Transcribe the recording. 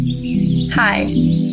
Hi